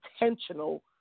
intentional